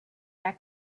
that